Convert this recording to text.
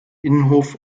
innenhof